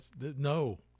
no